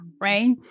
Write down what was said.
right